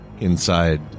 Inside